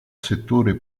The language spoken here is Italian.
settore